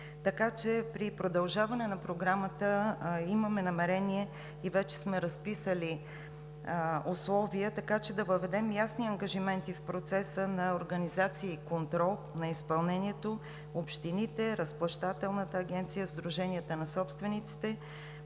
изводи. При продължаване на Програмата имаме намерение и вече сме разписали условия, така че да въведем ясни ангажименти в процеса на организация и контрол на изпълнението – общините, разплащателната агенцията, сдруженията на собствениците,